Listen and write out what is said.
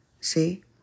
See